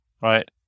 right